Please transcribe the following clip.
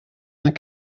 vingt